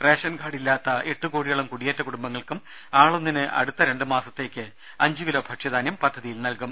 ration card ഇല്ലാത്ത എട്ട് കോടിയോളം കുടിയേറ്റ കുടുംബങ്ങൾക്കും ആളൊന്നിന് അടുത്ത രണ്ട് മാസത്തേക്ക് അഞ്ച് കിലോ ഭക്ഷ്യധാന്യം പദ്ധതിയിൽ നൽകും